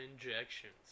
injections